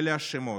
אלה השמות: